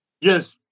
yes